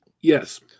Yes